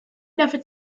never